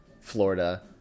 florida